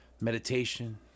meditation